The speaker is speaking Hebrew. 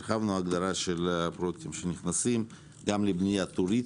הרחבנו הגדרה של פרויקטים שנכנסים גם לבנייה טורית,